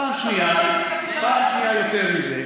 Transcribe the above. פעם שנייה, יותר מזה,